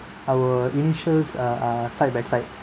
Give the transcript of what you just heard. our initials uh are side by side